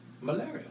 Malaria